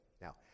Now